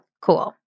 cool